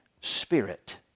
spirit